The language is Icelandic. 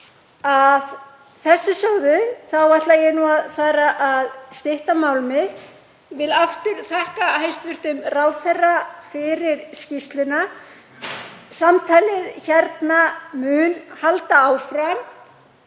Að þessu sögðu þá ætla ég að fara að stytta mál mitt. Ég vil aftur þakka hæstv. ráðherra fyrir skýrsluna. Samtalið hérna mun halda áfram